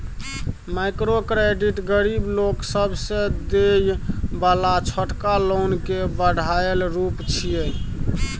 micro credit गरीब लोक सबके देय बला छोटका लोन के बढ़ायल रूप छिये